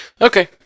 Okay